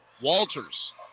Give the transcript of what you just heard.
Walters